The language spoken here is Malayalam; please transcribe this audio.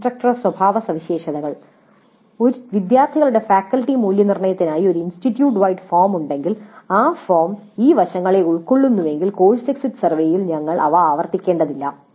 ഇൻസ്ട്രക്ടർ സ്വഭാവസവിശേഷതകൾ വിദ്യാർത്ഥികളുടെ ഫാക്കൽറ്റി മൂല്യനിർണ്ണയത്തിനായി ഒരു ഇൻസ്റ്റിറ്റ്യൂട്ട് വൈഡ് ഫോം ഉണ്ടെങ്കിൽ ആ ഫോം ഈ വശങ്ങളെ ഉൾക്കൊള്ളുന്നുവെങ്കിൽ കോഴ്സ് എക്സിറ്റ് സർവേയിൽ ഞങ്ങൾ അവ ആവർത്തിക്കേണ്ടതില്ല